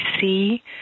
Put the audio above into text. see